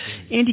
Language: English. Andy